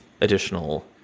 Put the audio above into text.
Additional